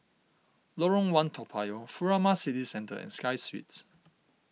Lorong one Toa Payoh Furama City Centre and Sky Suites